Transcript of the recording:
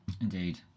Indeed